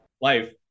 life